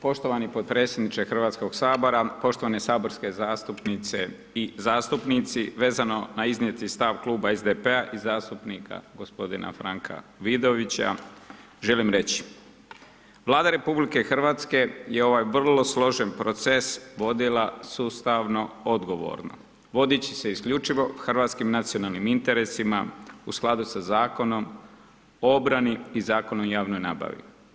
Poštovani potpredsjedniče HS, poštovane saborske zastupnice i zastupnici, vezano na iznijeti stav Kluba SDP-a i zastupnika g. Franka Vidovića, želim reći, Vlada RH je ovaj vrlo složen proces vodila sustavno odgovorno, vodeći se isključivo hrvatskim nacionalnim interesima u skladu sa Zakonom o obrani i Zakonom o javnoj nabavi.